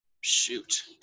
Shoot